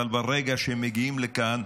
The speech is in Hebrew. אבל ברגע שהם מגיעים לכאן,